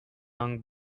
long